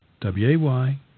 W-A-Y